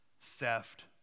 theft